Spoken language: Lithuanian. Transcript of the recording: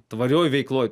tvarioj veikloj